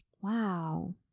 Wow